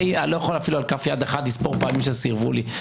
אני לא יכול אפילו על כף יד אחת לספור את הפעמים שסירבו לי.